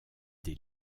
des